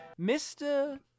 Mr